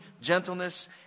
gentleness